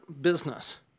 business